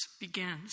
begins